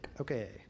okay